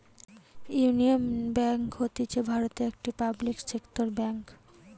union Bank হতিছে ভারতের একটি পাবলিক সেক্টর বেঙ্ক